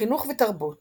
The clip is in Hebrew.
חינוך ותרבות